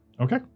Okay